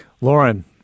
Lauren